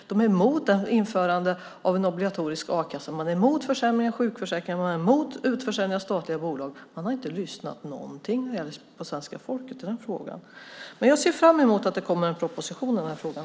De är emot ett införande av en obligatorisk a-kassa, de är emot försämringar av sjukförsäkringen och de är emot utförsäljning av statliga bolag. Man har inte lyssnat alls på svenska folket i den frågan. Jag ser fram emot att det kommer en proposition i den här frågan.